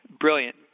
brilliant